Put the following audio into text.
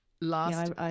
Last